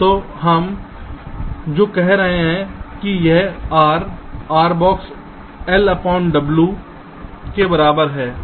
तो हम जो कह रहे हैं कि यह R R⧠ lw के बराबर है